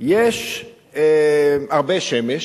יש הרבה שמש,